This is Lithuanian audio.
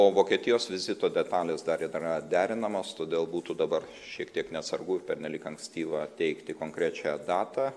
o vokietijos vizito detalės dar yra derinamos todėl būtų dabar šiek tiek neatsargu ir pernelyg ankstyva teikti konkrečią datą